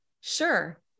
sure